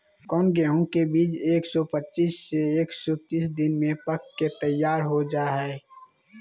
कौन गेंहू के बीज एक सौ पच्चीस से एक सौ तीस दिन में पक के तैयार हो जा हाय?